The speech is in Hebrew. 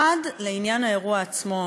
1. לעניין האירוע עצמו.